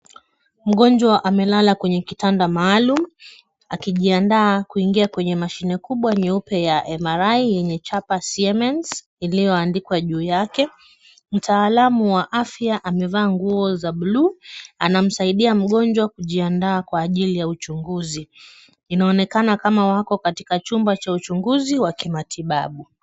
Mgonjwa amelala kwenye kitanda maalum, akijianda kuingia kwenye mashini kubwa nyeupe ya MRI yenye chapa ya siemens iliyoandikwa juu yake. Mtaalamu wa afya amevaa nguo za blue anamsaidia mgonjwa kujiandaa kwa ajili ya uchunguzi. Inaoekana kama wako katika chumba cha uchunguzi wa kimatibabu.